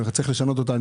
צריך לשנות אותה,